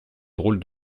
drôle